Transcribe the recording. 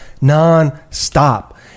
non-stop